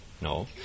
no